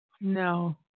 No